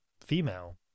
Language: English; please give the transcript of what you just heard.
female